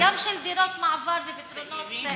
גם של דירות מעבר ופתרונות,